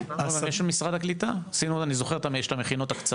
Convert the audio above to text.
לא, יש של משרד הקליטה.